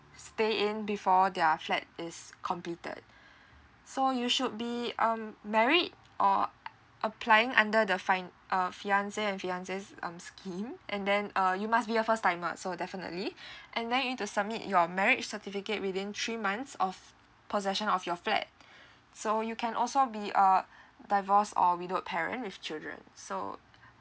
stay in before their flat is completed so you should be um married or applying under the fin~ uh fiance and fiance's um scheme and then uh you must be a first timer so definitely and then you need to submit your marriage certificate within three months of possession of your flat so you can also be a divorce or widowed parent with children so